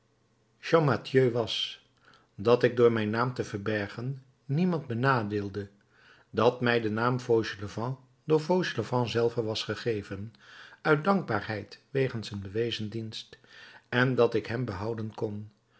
champmathieu was dat ik door mijn naam te verbergen niemand benadeelde dat mij de naam fauchelevent door fauchelevent zelven was gegeven uit dankbaarheid wegens een bewezen dienst en dat ik hem behouden kon